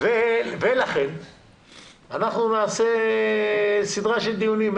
-- ולכן אנחנו נעשה סדרה של דיונים.